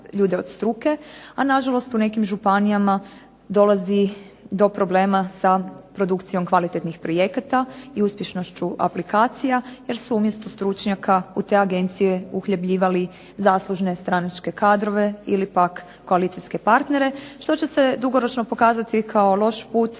ljude od struke, a nažalost u nekim županijama dolazi do problema sa produkcijom kvalitetnih projekata i uspješnošću aplikacija jer su umjesto stručnjaka u te agencije uhljebljivali zaslužne stranačke kadrove ili pak koalicijske partnere što će se dugoročno pokazati kao loš put